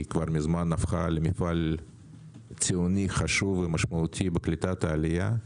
מזמן הפכה למפעל ציוני חשוב ומשמעותי בקליטת העלייה.